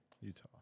Utah